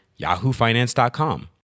yahoofinance.com